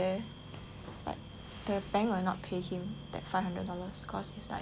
the bank will not pay him that five hundred dollars cause it's like